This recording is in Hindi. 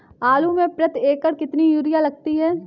आलू में प्रति एकण कितनी यूरिया लगती है?